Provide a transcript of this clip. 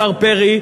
השר פרי,